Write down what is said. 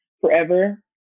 forever